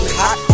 hot